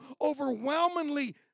overwhelmingly